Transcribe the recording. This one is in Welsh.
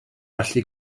gallu